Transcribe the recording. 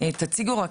תציגו רק